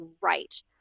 right